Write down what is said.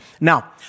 Now